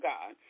God